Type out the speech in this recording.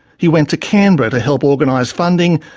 he went to canberra to help organise funding,